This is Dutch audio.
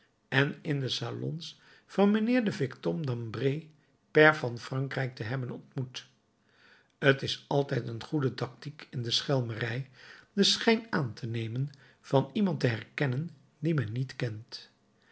en in de salons van mijnheer den vicomte dambray pair van frankrijk te hebben ontmoet t is altijd een goede tactiek in de schelmerij den schijn aan te nemen van iemand te herkennen dien men niet kent